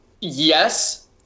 Yes